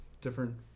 different